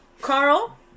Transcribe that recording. Carl